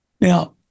Now